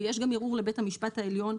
ויש גם ערעור לבית המשפט העליון.